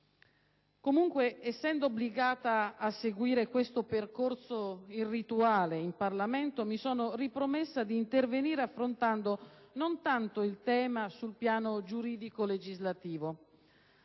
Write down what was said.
comunque, obbligata a seguire questo percorso irrituale in Parlamento, mi sono ripromessa di intervenire affrontando non tanto il tema sul piano giuridico-legislativo,